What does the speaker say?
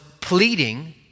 pleading